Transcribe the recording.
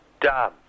done